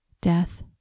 death